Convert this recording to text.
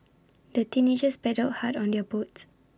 the teenagers paddled hard on their boat